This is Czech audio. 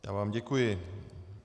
Já vám děkuji.